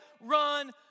run